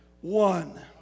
one